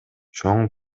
чоң